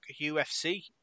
UFC